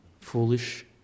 foolish